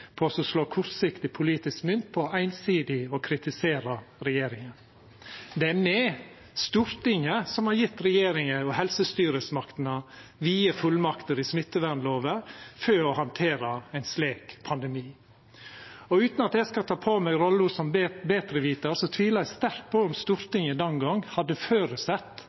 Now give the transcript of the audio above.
slå kortsiktig politisk mynt på einsidig å kritisera regjeringa. Det er me, Stortinget, som har gjeve regjeringa og helsestyresmaktene vide fullmakter i smittevernlover for å handtera ein slik pandemi. Og utan at eg skal ta på meg rolla som betrevitar, tvilar eg sterkt på om Stortinget den gongen hadde føresett